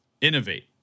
innovate